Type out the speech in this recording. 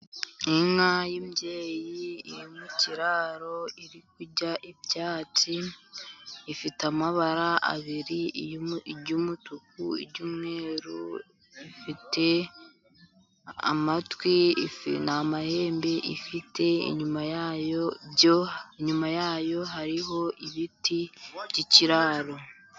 Inka y' imbyeyi iri mu kiraro, iri kurya ibyatsi, ifite amabara abiri iry'umutu, iry'umweru, ifite amatwi, nta mahembe ifite, inyuma yayo hariho ibiti by'ikiraro.